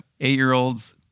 eight-year-old's